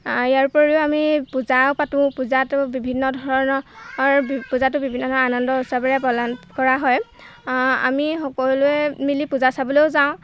ইয়াৰ উপৰিও আমি পূজাও পাতোঁ পূজাতো বিভিন্ন ধৰণৰ পূজাতো বিভিন্ন ধৰণৰ আনন্দ উৎসৱেৰে পালন কৰা হয় আমি সকলোৱে মিলি পূজা চাবলৈয়ো যাওঁ